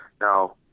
Now